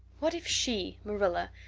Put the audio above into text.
what if she, marilla,